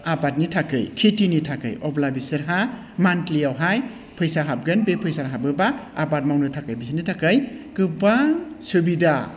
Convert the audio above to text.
आबादनि थाखाय खेथिनि थाखाय अब्ला बिसोरहा मान्थलिआवहाय फैसा हाबगोन बे फैसा हाबोबा आबाद मावनो थाखाय बिसिनि थाखाय गोबां सुबिदा